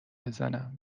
بزنم